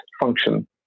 function